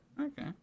Okay